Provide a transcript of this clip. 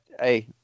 hey